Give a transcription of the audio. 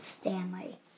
Stanley